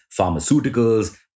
pharmaceuticals